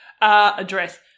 Address